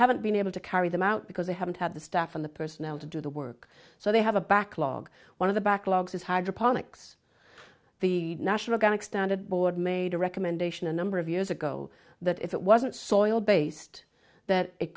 haven't been able to carry them out because they haven't had the staff on the personnel to do the work so they have a backlog one of the backlogs is hydroponics the national got extended board made a recommendation a number of years ago that if it wasn't soil based that it